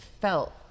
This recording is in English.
felt